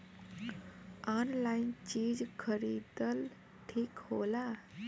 Online चीज खरीदल ठिक होला?